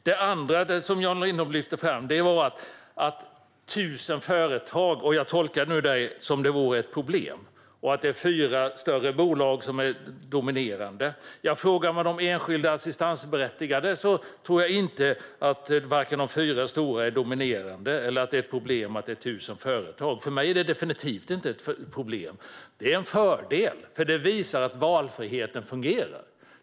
Det andra Jan Lindholm lyfte fram var de tusen företagen, och jag tolkade det som att det var ett problem, och att det är fyra större bolag som dominerar. Frågar man de enskilda assistansberättigade tror jag varken att de fyra stora dominerar eller att det är ett problem att det är tusen företag. För mig är det definitivt inget problem utan en fördel, för det visar att valfriheten fungerar.